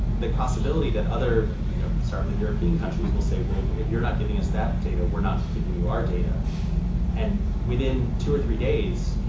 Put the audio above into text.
the possibility that other you know start with european countries will say, well if you're not giving us that data, we're not giving you our data and within two or three days, you know